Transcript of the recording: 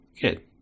Good